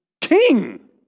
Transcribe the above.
King